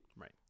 Right